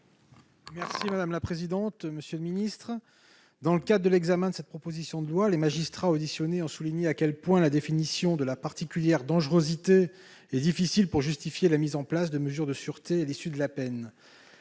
: La parole est à M. Éric Gold. Dans le cadre de l'examen de cette proposition de loi, les magistrats auditionnés ont souligné à quel point la définition de la « particulière dangerosité » est difficile pour justifier la mise en place de mesures de sûreté à l'issue de la peine.